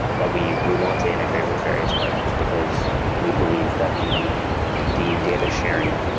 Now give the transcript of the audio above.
but we we want to integrate with various partners because we believe that the the data sharing,